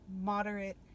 moderate